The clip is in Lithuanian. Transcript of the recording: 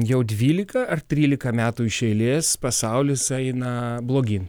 jau dvylika ar trylika metų iš eilės pasaulis eina blogyn